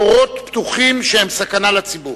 בורות פתוחים שהם סכנה לציבור.